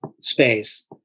space